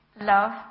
Love